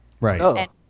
Right